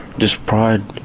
just pride,